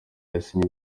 yasinye